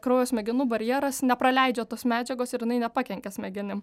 kraujo smegenų barjeras nepraleidžia tos medžiagos ir jinai nepakenkia smegenim